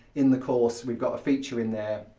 in the course we've got a feature in there,